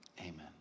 amen